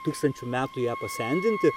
tūkstantį metų ją pasendinti